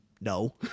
No